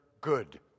good